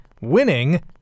winning